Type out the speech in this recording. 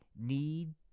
need